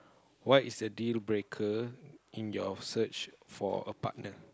what is the dealbreaker in your search for a partner